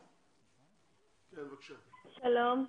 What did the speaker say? שלום.